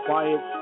Quiet